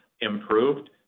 improved